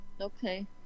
Okay